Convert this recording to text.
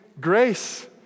grace